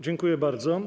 Dziękuję bardzo.